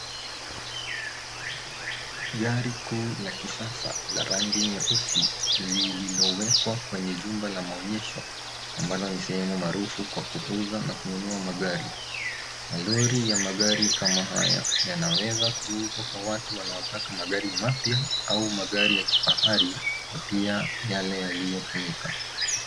Gari kuu la kisasa la rangi nyeusi lililowekwa kwenye jumba la maonyesho ambapo ni sehemu maarufu kwa kuuza na kununua magari. Malori ya magari kama haya yanaweza kuuzwa kwa watu wanaotaka magari mapya au magari ya kifahari na pia yale yaliotumika.